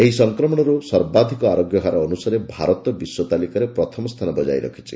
ଏହି ସଂକ୍ରମଣରୁ ସର୍ବାଧିକ ଆରୋଗ୍ୟହାର ଅନୁସାରେ ଭାରତ ବିଶ୍ୱ ତାଲିକାରେ ପ୍ରଥମସ୍ଥାନ ବଜାୟ ରଖିଛି